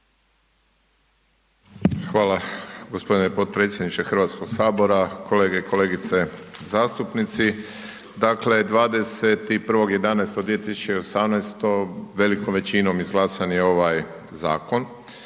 Hvala g. potpredsjedniče HS. Kolege i kolegice zastupnici, dakle 21.11.2018. velikom većinom izglasan je ovaj zakon,